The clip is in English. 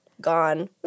gone